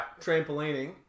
trampolining